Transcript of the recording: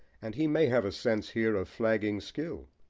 and he may have a sense here of flagging skill,